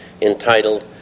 entitled